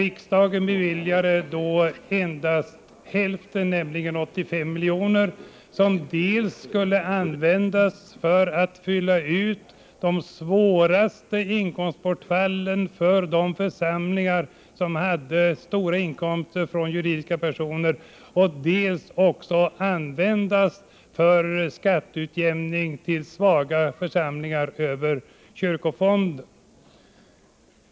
Riksdagen beviljade endast hälften av det beloppet, nämligen 85 milj.kr., som skulle användas dels som utfyllnad i fråga om de svåraste inkomstbortfallen i de församlingar som hade stora inkomster från juridiska personer, dels som en skatteutjämning — över kyrkofonden — för svaga församlingar.